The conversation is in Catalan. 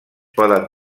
poden